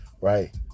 right